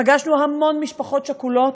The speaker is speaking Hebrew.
פגשנו המון משפחות שכולות,